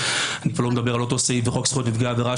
אני כבר לא מדבר על אותו סעיף בחוק זכויות נפגעי עבירה